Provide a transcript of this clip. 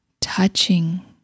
touching